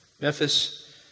Memphis